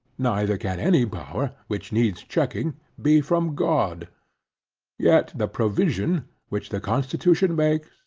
neither can any power, which needs checking, be from god yet the provision, which the constitution makes,